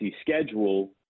schedule